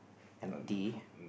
empty